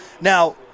now